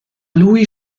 lui